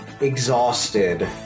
exhausted